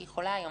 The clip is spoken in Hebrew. שהיא חולה היום,